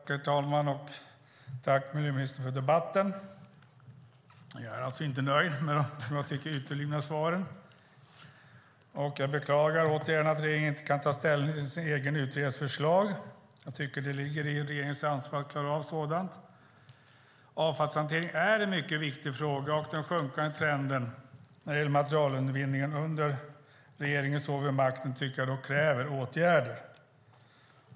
Herr talman! Jag tackar miljöministern för debatten. Jag är alltså inte nöjd med de, som jag tycker, uteblivna svaren. Jag beklagar återigen att regeringen inte kan ta ställning till sin egen utredares förslag. Jag anser att det ligger i regeringens ansvar att klara av sådant. Avfallshantering är en mycket viktig fråga, och den sjunkande trenden inom materialåtervinning under regeringens år vid makten kräver åtgärder.